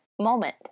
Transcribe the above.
moment